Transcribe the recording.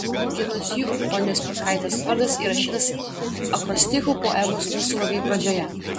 vienos jų apolonijos petkaitės vardas įrašytas akrostichu poemos mūsų vargai pradžioje